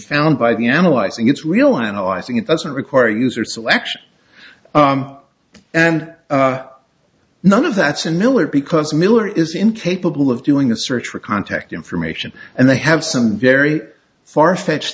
found by the analyzing it's real analyzing it doesn't require user selection and none of that's in miller because miller is incapable of doing a search for contact information and they have some very farfetched